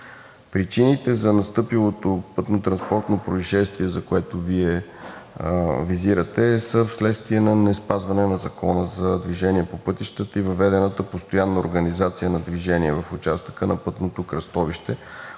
Причините за настъпилото пътнотранспортно произшествие, което Вие визирате, са вследствие на неспазване на Закона за движение по пътищата и въведената постоянна организация на движение в участъка на пътното кръстовище,